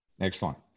Excellent